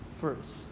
first